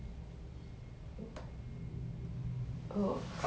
mm still got quite a few